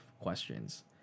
questions